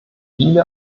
viele